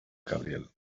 cabriel